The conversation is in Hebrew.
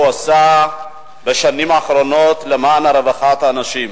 עשה בשנים האחרונות למען רווחת האנשים.